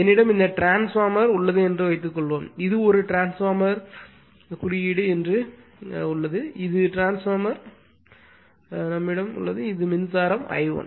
என்னிடம் இந்த டிரான்ஸ்பார்மர் உள்ளது என்று வைத்துக்கொள்வோம் இது ஒரு டிரான்ஸ்பார்மர் சின்னம் என்று என்னிடம் உள்ளது இது டிரான்ஸ்பார்மர் என்னிடம் உள்ளது இது மின்சாரம் I1